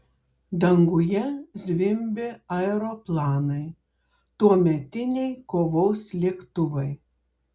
danguje zvimbė aeroplanai tuometiniai kovos lėktuvai